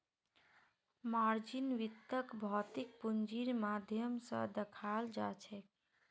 margin वित्तक भौतिक पूंजीर माध्यम स दखाल जाछेक